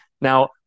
Now